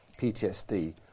PTSD